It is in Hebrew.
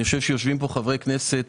יושבים פה חברי כנסת